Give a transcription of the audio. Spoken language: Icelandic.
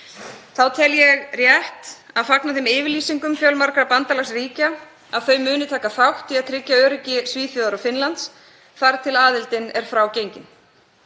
Þá tel ég rétt að fagna þeim yfirlýsingum fjölmargra bandalagsríkja að þau muni taka þátt í að tryggja öryggi Svíþjóðar og Finnlands þar til aðildin er frágengin.